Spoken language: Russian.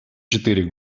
четыре